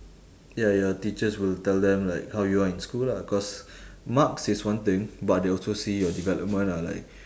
ya your teachers will tell them like how you are in school lah cause marks is one thing but they also see your development ah like